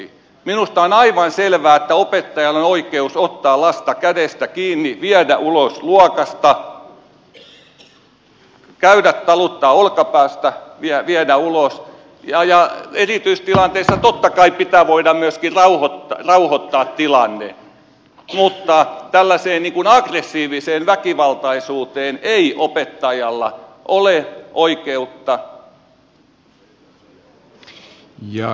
minusta on aivan selvää että opettajalla on oikeus ottaa lasta kädestä kiinni viedä ulos luokasta käydä taluttamaan olkapäästä viedä ulos ja erityistilanteissa totta kai pitää voida myöskin rauhoittaa tilanne mutta tällaiseen aggressiiviseen väkivaltaisuuteen ei opettajalla ole oikeutta